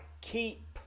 keep